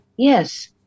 Yes